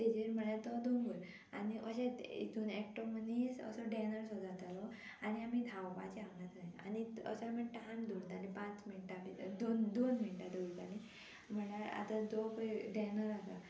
तेजेर म्हळ्यार तो दोंगर आनी अशे हेतून एकटो मनीस असो डॅनर असो जातालो आनी आमी धांवपाचें हांगा थंय आनी असो आमी टायम दवरतालीं पांच मिनटां बी धर दोन दोन मिनटां दवरतालीं म्हळ्यार आतां तो डॅनर आसा